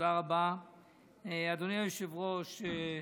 אדוני היושב-ראש,